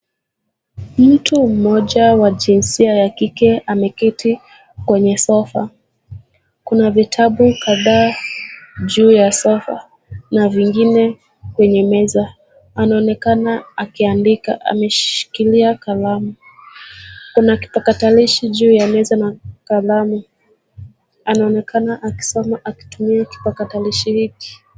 Mtu mmoja wa jinsia ya kike ameketi kwenye sofa, kuna vitabu kadhaa juu ya sofa na vingine kwenye meza, anaonekana akiandika, ameshikilia kalamu. Kuna kipakatilishi juu ya meza na kalamu, anaonekana akisoma akitumia kipakatalishi hiki.